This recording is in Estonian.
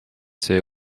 see